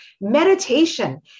Meditation